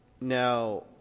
Now